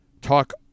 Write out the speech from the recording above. talk